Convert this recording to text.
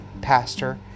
pastor